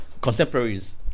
contemporaries